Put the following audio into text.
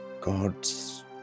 gods